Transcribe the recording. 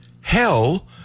hell